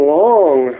long